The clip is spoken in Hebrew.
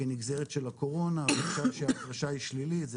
בנגזרת של הקורונה מכאן שההפרשה היא שלילית,